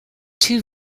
two